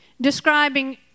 describing